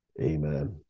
Amen